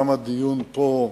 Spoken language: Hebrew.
גם הדיון פה,